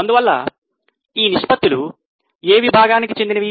అందువలన ఈ నిష్పత్తులు ఏ విభాగానికి చెందినవి